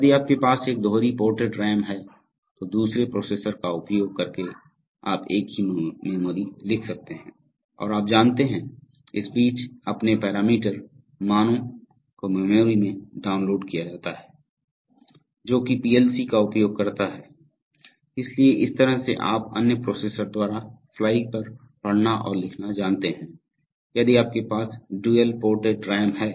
यदि आपके पास एक दोहरी पोर्टेड रैम है तो दूसरे प्रोसेसर का उपयोग करके आप एक ही मेमोरी लिख सकते हैं और आप जानते हैं इस बीच अपने पैरामीटर मानों को मेमोरी में डाउनलोड किया है जो कि पीएलसी का उपयोग करता है इसलिए इस तरह से आप अन्य प्रोसेसर द्वारा फ्लाई पर पढ़ना और लिखना जानते हैं यदि आपके पास ड्यूल पोर्टेड रैम है